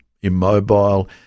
immobile